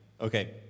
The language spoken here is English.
Okay